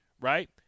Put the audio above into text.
right